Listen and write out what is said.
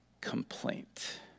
complaint